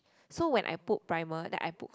so when I put primer then I put con